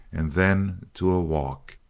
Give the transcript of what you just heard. and then to a walk.